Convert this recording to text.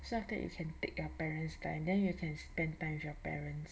so after that you can take your parents' time then you can spend time with your parents